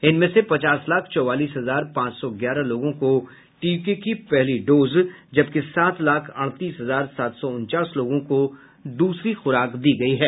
इनमें से पचास लाख चौवालीस हजार पांच सौ ग्यारह लोगों को टीके की पहली डोज जबकि सात लाख अड़तीस हजार सात सौ उनचास लोगों को दूसरी खुराक दी गयी है